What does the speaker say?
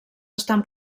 estan